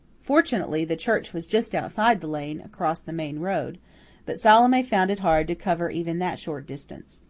fortunately the church was just outside the lane, across the main road but salome found it hard to cover even that short distance.